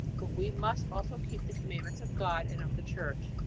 but we must also keep the commandments of god and of the church.